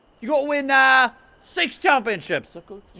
you gotta win, ah six championships.